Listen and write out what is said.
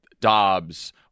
Dobbs